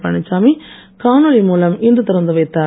பழனிச்சாமி காணொளி மூலம் இன்று திறந்து வைத்தார்